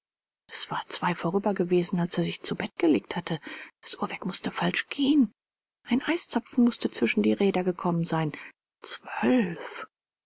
es war zwei vorüber gewesen als er sich zu bett gelegt hatte das uhrwerk mußte falsch gehen ein eiszapfen mußte zwischen die räder gekommen sein zwölf